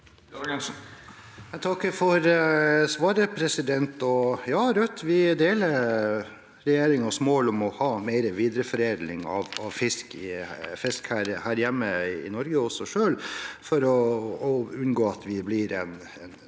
Jeg takker for svaret. Rødt deler regjeringens mål om å ha mer videreforedling av fisk her hjemme i Norge, for å unngå at vi blir en